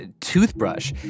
toothbrush